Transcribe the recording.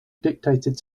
dictated